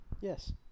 Yes